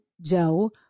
Joe